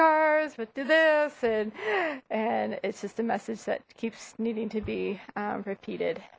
cars but do this and and it's just a message that keeps needing to be repeated